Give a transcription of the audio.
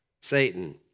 Satan